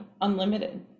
unlimited